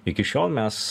iki šiol mes